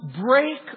break